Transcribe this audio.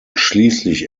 schließlich